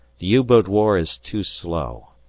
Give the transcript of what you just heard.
the u-boat war is too slow,